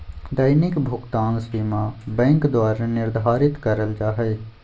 दैनिक भुकतान सीमा बैंक द्वारा निर्धारित करल जा हइ